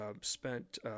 spent